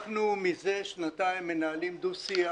אנחנו מזה שנתיים מנהלים דו-שיח